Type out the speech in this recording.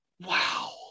wow